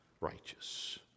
righteous